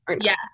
yes